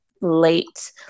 late